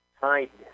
kindness